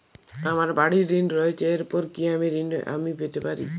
আমার বাড়ীর ঋণ রয়েছে এরপর কি অন্য ঋণ আমি পেতে পারি?